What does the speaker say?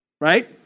right